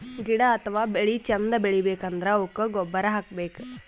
ಗಿಡ ಅಥವಾ ಬೆಳಿ ಚಂದ್ ಬೆಳಿಬೇಕ್ ಅಂದ್ರ ಅವುಕ್ಕ್ ಗೊಬ್ಬುರ್ ಹಾಕ್ಬೇಕ್